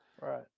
Right